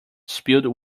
spilled